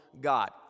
God